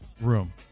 room